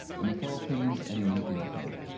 in the philippines and in ethiopia.